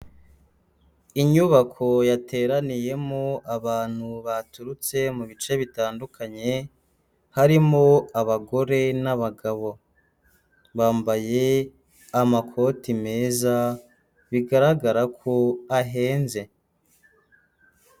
Inyubako yateraniyemo abantu baturutse mu bice bitandukanye, harimo abagore n'abagabo, bambaye amakoti meza bigaragara ko ahenze.